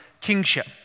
kingship